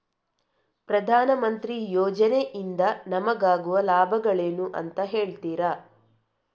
ಪ್ರಧಾನಮಂತ್ರಿ ಯೋಜನೆ ಇಂದ ನಮಗಾಗುವ ಲಾಭಗಳೇನು ಅಂತ ಹೇಳ್ತೀರಾ?